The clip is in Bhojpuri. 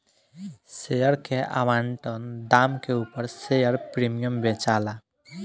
शेयर के आवंटन दाम के उपर शेयर प्रीमियम बेचाला